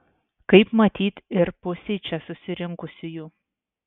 kaip matyt ir pusei čia susirinkusiųjų